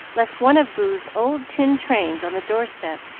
left one of boo's old tin trains on the door-step,